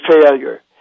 failure